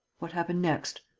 what happened next?